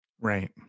Right